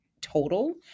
total